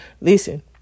Listen